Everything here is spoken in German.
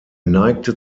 neigte